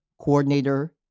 coordinator